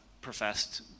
professed